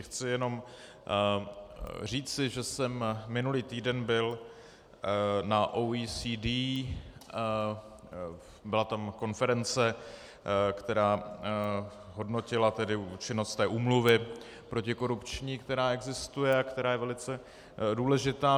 Chci jenom říci, že jsem minulý týden byl na OECD, byla tam konference, která hodnotila účinnost té úmluvy protikorupční, která existuje, která je velice důležitá.